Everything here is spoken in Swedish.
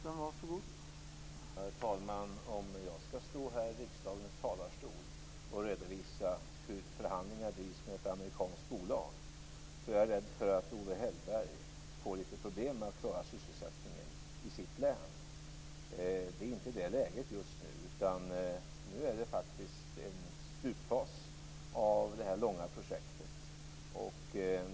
Herr talman! Om jag skall stå här i riksdagens talarstol och redovisa hur förhandlingar drivs med ett amerikanskt bolag, så är jag rädd för att Owe Hellberg får litet problem med att klara sysselsättningen i sitt län. Det är inte det läget just nu. Nu är det faktiskt en slutfas av det här långa projektet.